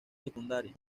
secundaria